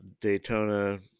Daytona